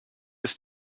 ist